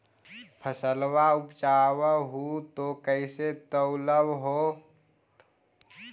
फसलबा उपजाऊ हू तो कैसे तौउलब हो?